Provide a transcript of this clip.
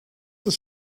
the